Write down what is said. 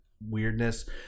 weirdness